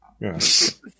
yes